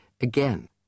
again